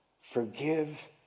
forgive